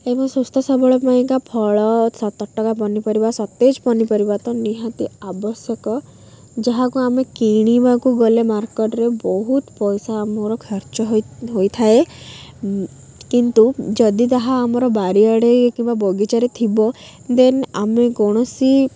ଏବଂ ସୁସ୍ଥ ସବଳ ପାଇଁକା ଫଳ ତଟକା ପନିପରିବା ସତେଜ ପନିପରିବା ତ ନିହାତି ଆବଶ୍ୟକ ଯାହାକୁ ଆମେ କିଣିବାକୁ ଗଲେ ମାର୍କଟ୍ରେ ବହୁତ ପଇସା ଆମର ଖର୍ଚ୍ଚ ହୋଇ ହୋଇଥାଏ କିନ୍ତୁ ଯଦି ତାହା ଆମର ବାରିଆଡ଼େ କିମ୍ବା ବଗିଚାରେ ଥିବ ଦେନ୍ ଆମେ କୌଣସି